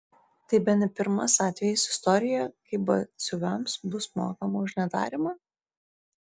tai bene pirmas atvejis istorijoje kai batsiuviams bus mokama už nedarymą